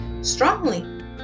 strongly